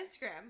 Instagram